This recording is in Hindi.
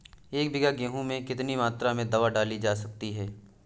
एक बीघा गेहूँ में कितनी मात्रा में दवा डाली जा सकती है?